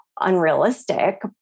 unrealistic